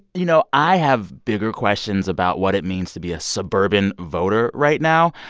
you know, i have bigger questions about what it means to be a suburban voter right now.